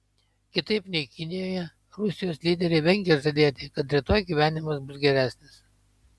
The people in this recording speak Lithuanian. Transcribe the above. kitaip nei kinijoje rusijos lyderiai vengia žadėti kad rytoj gyvenimas bus geresnis